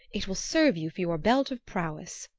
it will serve you for your belt of prowess.